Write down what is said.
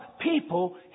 people